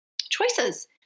choices